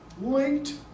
Wait